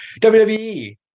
WWE